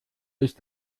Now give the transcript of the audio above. ist